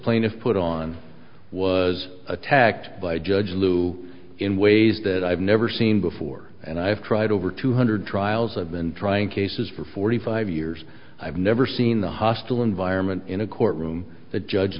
plaintiff put on was attacked by judge lou in ways that i've never seen before and i've tried over two hundred trials i've been trying cases for forty five years i've never seen the hostile environment in a courtroom the judge